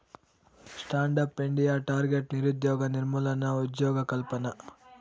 stand up India target నిరుద్యోగ నిర్మూలన, ఉజ్జోగకల్పన